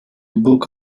book